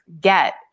get